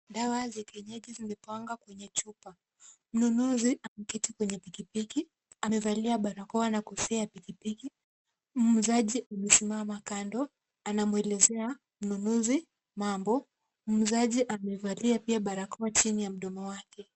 Dawa za kienyeji zimepangwa kwenye chupa. Mnunuzi ameketi kwenye pikipiki amevalia barakoa na kofia ya pikipiki, muuzaji amesimama kando anamwelezea mnunuzi mambo muuzaji amevalia pia barakoa chini ya ndomo wake.